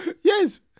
yes